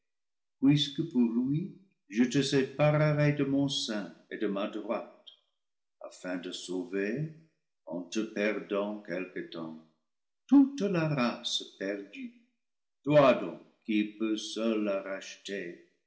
puisque pour lui je te séparerai de mon sein et de ma droite afin de sauver en te perdant quelque temps toute la race perdue toi donc qui peux seul la racheter